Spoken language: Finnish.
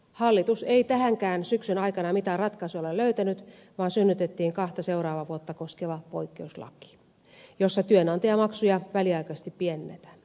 hallitus ei tähänkään syksyn aikana mitään ratkaisua ole löytänyt vaan synnytettiin kahta seuraavaa vuotta koskeva poikkeuslaki jossa työnantajamaksuja väliaikaisesti pienennetään